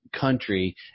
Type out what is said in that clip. country